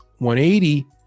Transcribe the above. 180